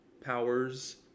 powers